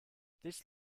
this